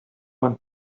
one